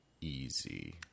easy